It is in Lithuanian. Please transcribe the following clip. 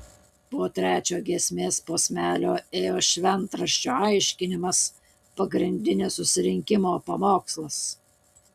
po trečio giesmės posmelio ėjo šventraščio aiškinimas pagrindinis surinkimo pamokslas